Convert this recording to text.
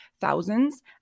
thousands